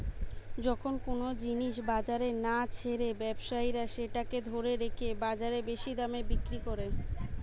যখন কুনো জিনিস বাজারে না ছেড়ে ব্যবসায়ীরা সেটাকে ধরে রেখে বাজারে বেশি দামে বিক্রি কোরে